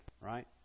right